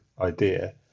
idea